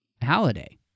Halliday